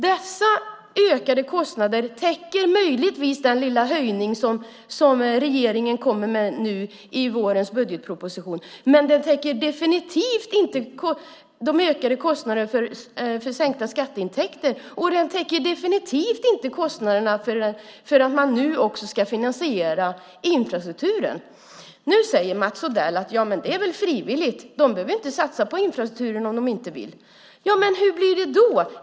Den lilla höjning som regeringen kommer med i vårens budgetproposition täcker möjligtvis dessa ökade kostnader, men den täcker definitivt inte de ökade kostnaderna för sänkta skatteintäkter. Och den täcker definitivt inte kostnaderna för att man nu också ska finansiera infrastrukturen. Nu säger Mats Odell: Ja, men det är väl frivilligt - de behöver inte satsa på infrastrukturen om de inte vill. Men hur blir det då?